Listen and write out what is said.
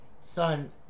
son